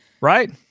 right